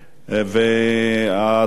והצלב-האדום,